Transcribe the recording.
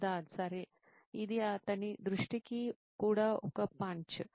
సిద్ధార్థ్ సరే ఇది అతని దృష్టికి కూడా ఒక పంచ్